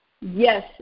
yes